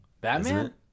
batman